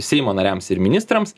seimo nariams ir ministrams